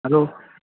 hello